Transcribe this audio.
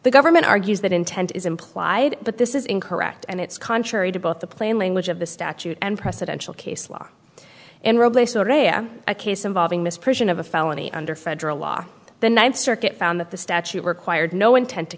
the government argues that intent is implied but this is incorrect and it's contrary to both the plain language of the statute and presidential case law and a case involving misprision of a felony under federal law the ninth circuit found that the statute required no intent to